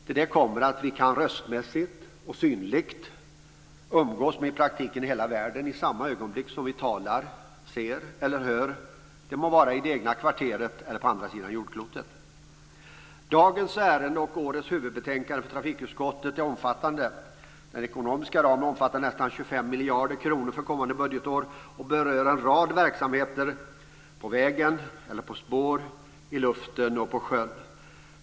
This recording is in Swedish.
Till det kommer att vi röstmässigt och synligt kan umgås med i praktiken hela världen i samma ögonblick som vi talar, ser eller hör, det må vara i det egna kvarteret eller på andra sidan jordklotet. Dagens ärende och årets huvudbetänkande för trafikutskottet är omfattande. Den ekonomiska ramen omfattar nästan 25 miljarder kronor för kommande budgetår och berör en rad verksamheter på väg och på spår, i luften och på sjön.